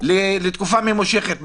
לתקופה ממושכת.